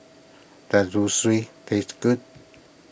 does Zosui taste good